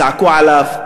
צעקו עליו,